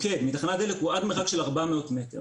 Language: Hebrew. מתחנת דלק הוא עד מרחק של 400 מטר.